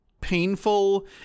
painful